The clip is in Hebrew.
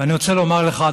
ואני רוצה לומר לך,